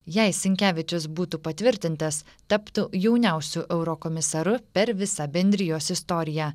jei sinkevičius būtų patvirtintas taptų jauniausiu eurokomisaru per visą bendrijos istoriją